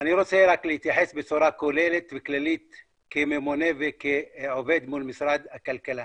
אני רוצה רק להתייחס בצורה כוללת וכללית כממונה וכעובד מול משרד הכלכלה